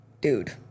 dude